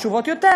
חשובות יותר,